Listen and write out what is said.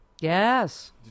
Yes